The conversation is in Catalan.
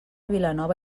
vilanova